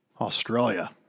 Australia